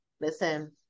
Listen